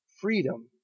freedom